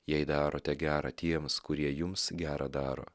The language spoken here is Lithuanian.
jei darote gera tiems kurie jums gera daro